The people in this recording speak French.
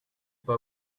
pas